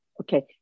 Okay